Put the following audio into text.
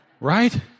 Right